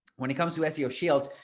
when it comes to seo shields,